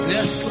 Yes